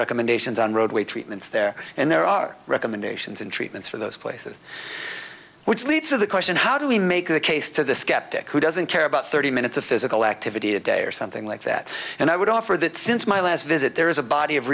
recommendations on roadway treatments there and there are recommendations and treatments for those places which leads to the question how do we make the case to the skeptic who doesn't care about thirty minutes of physical activity a day or something like that and i would offer that since my last visit there is a body of